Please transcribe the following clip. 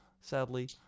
sadly